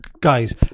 guys